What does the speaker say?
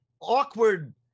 awkward